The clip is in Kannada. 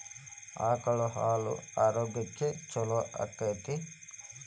ಆಕಳ ಹಾಲು ಆರೋಗ್ಯಕ್ಕೆ ಛಲೋ ಆಕ್ಕೆತಿ?